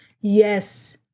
yes